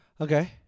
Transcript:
Okay